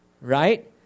Right